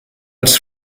als